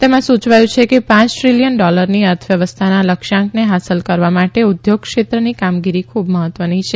તેમાં સુચવાયું છે કે પાંચ દ્રીલીયન ડોલરની અર્થ વ્યવસ્થાના લક્ષ્યાંકને હાંસલ કરવા માટે ઉદ્યોગ ક્ષેત્રની કામગીરી ખુબ મહત્વની છે